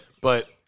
But-